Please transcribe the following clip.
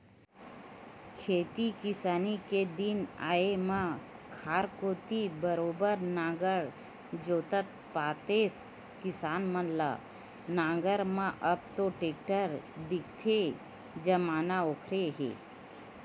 खेती किसानी के दिन आय म खार कोती बरोबर नांगर जोतत पातेस किसान मन ल नांगर म अब तो टेक्टर दिखथे जमाना ओखरे हे